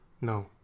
No